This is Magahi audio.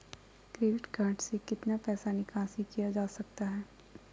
क्रेडिट कार्ड से कितना पैसा निकासी किया जा सकता है?